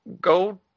Go